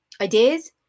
ideas